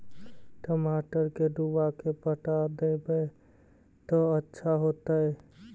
टमाटर के डुबा के पटा देबै त अच्छा होतई?